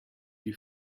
you